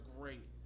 great